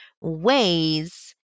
ways